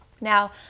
Now